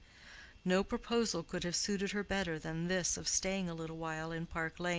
no proposal could have suited her better than this of staying a little while in park lane.